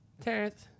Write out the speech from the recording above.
Terrence